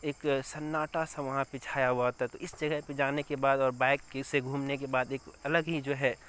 ایک سناٹا سا وہاں پہ چھایا ہوا ہوتا ہے تو اس جگہ پہ جانے کے بعد اور بائک سے گھومنے کے بعد ایک الگ ہی جو ہے